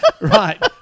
Right